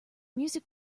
music